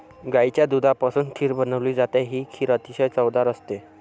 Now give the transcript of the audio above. गाईच्या दुधापासून खीर बनवली जाते, ही खीर अतिशय चवदार असते